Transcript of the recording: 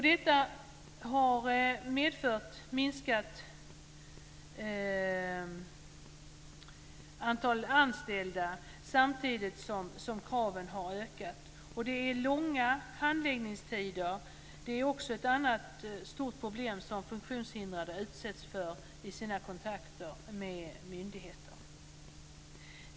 Detta har medfört minskat antal anställda, samtidigt som kraven har ökat. Det är långa handläggningstider. Det är ett annat stort problem som funktionshindrade utsätts för i sina kontakter med myndigheter.